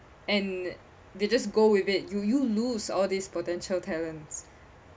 and they just go with it you you lose all these potential talents